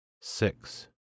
Six